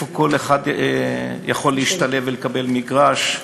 איפה כל אחד יכול להשתלב ולקבל מגרש.